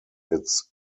its